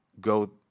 go